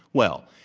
well,